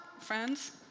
friends